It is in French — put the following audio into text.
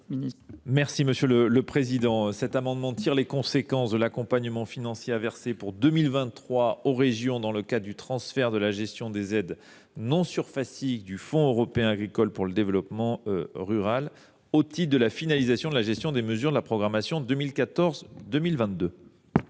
M. le ministre délégué. Cet amendement vise à tirer les conséquences de l’accompagnement financier à verser pour 2023 aux régions dans le cadre du transfert de la gestion des aides non surfaciques du Fonds européen agricole pour le développement rural (Feader), au titre de la finalisation de la gestion des mesures de la programmation 2014 2022.